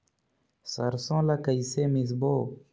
सरसो ला कइसे मिसबो?